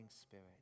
Spirit